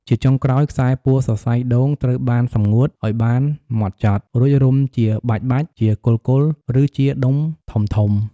ជាចុងក្រោយ ខ្សែពួរសរសៃដូងត្រូវបានសម្ងួតឱ្យបានហ្មត់ចត់ រួចរុំជាបាច់ៗ ជាគល់ៗ ឬជាដុំធំៗ។